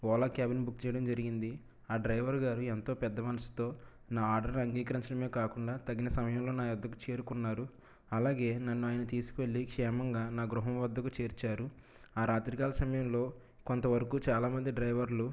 Ola cab ని book చేయడం జరిగింది ఆ డ్రైవర్ గారు ఎంతో పెద్ద మనసుతో నా ఆర్డర్ అంగీకరించడమే కాకుండా తగిన సమయంలో నా వద్దకు చేరుకున్నారు అలాగే నన్ను ఆయన తీసుకెళ్ళి క్షేమంగా నా గృహం వద్దకు చేర్చారు ఆ రాత్రికాల సమయంలో కొంత వరకు చాలామంది డ్రైవర్లు